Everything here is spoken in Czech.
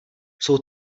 jsou